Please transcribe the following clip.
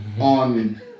on